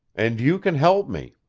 and you can help me.